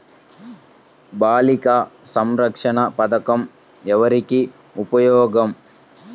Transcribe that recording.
బాలిక సంరక్షణ పథకం ఎవరికి ఉపయోగము?